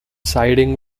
siding